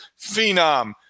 phenom